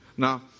Now